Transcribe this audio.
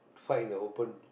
fight in the open